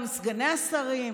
גם סגני השרים,